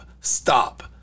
stop